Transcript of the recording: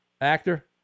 actor